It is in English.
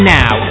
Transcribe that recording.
now